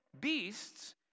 beasts